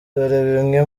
bimwe